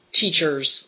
teachers